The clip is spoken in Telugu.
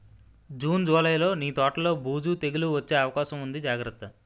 జూన్, జూలైలో నీ తోటలో బూజు, తెగులూ వచ్చే అవకాశముంది జాగ్రత్త